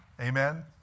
Amen